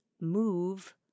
move